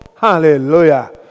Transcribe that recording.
Hallelujah